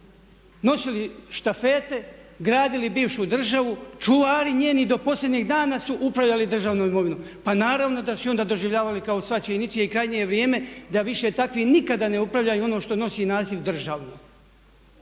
nosili štafete, gradili bivšu državu, čuvari njeni do posljednjeg dana su upravljali državnom imovinom. Pa naravno da su je onda doživljavali kao svačije i ničije i krajnje je vrijeme da više takvi nikada ne upravljaju ono što nosi naziv državno.